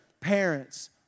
parents